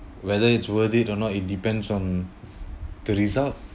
whether it's worth it or not it depends on the result